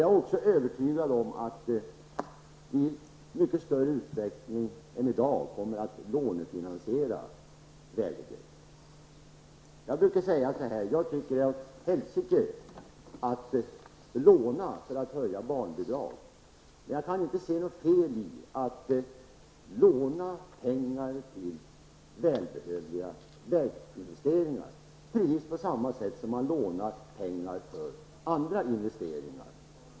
Jag är också övertygad om att vi i mycket större utsträckning än i dag kommer att lånefinansiera vägarna. Jag brukar säga så här: Det är åt helsike att låna för att höja barnbidragen, men jag kan inte se något fel i att låna pengar till väginvesteringar precis på samma sätt som man lånar pengar för andra investeringar.